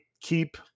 keep